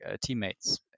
teammates